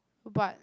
but